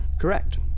Correct